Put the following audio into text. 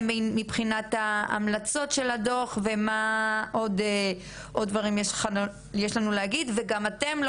מבחינת ההמלצות של הדו"ח ואיזה עוד דברים יש לנו להגיד וגם אתם,